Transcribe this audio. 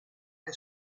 che